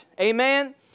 amen